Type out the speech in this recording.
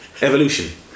Evolution